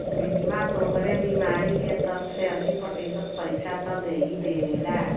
बीमा तोहरे बीमारी क सत्तर से अस्सी प्रतिशत पइसा त देहिए देवेला